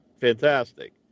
fantastic